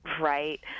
right